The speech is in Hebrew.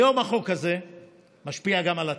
היום החוק הזה משפיע גם על התינוקות.